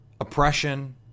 oppression